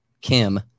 kim